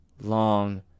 long